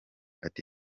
ati